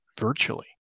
virtually